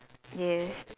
yes